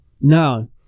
No